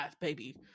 baby